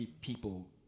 people